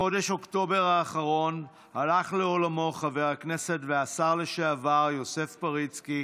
בחודש אוקטובר האחרון הלך לעולמו חבר הכנסת והשר לשעבר יוסף פריצקי,